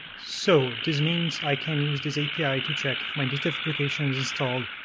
so this means i can use this api to check if my native applications installed,